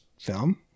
film